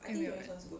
then they will like